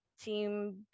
team